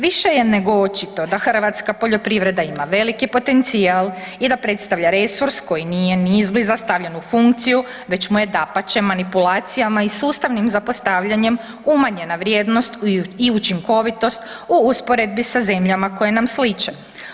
Više je nego očito da hrvatska poljoprivreda ima veliki potencijal i da predstavlja resurs koji nije ni izbliza stavljen u funkciju, već mu je dapače manipulacijama i sustavnim zapostavljanjem umanjena vrijednost i učinkovitost u usporedbi sa zemljama koje nam sliče.